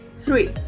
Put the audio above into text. Three